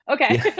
okay